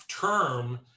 term